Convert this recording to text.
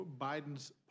Biden's